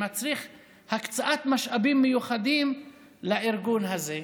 שמצריכים הקצאת משאבים מיוחדים לארגון הזה.